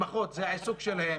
זה העיסוק שלהם,